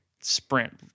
sprint